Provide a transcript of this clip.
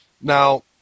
Now